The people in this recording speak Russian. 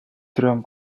трем